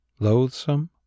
loathsome